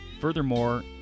Furthermore